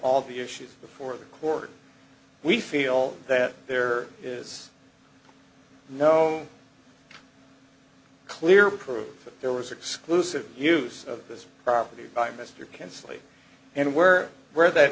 all the issues before the court we feel that there is no clear proof that there was exclusive use of this property by mr can sleep anywhere where that